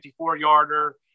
54-yarder